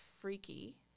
freaky